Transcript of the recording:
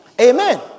Amen